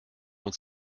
uns